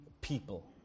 people